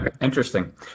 interesting